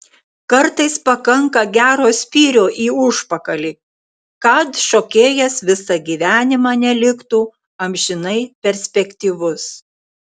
kartais pakanka gero spyrio į užpakalį kad šokėjas visą gyvenimą neliktų amžinai perspektyvus